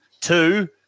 two